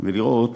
ולראות